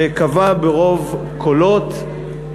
וקבע ברוב קולות,